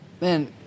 Man